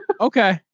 Okay